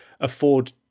afford